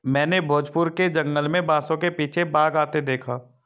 मैंने भोजपुर के जंगल में बांसों के पीछे से बाघ आते देखा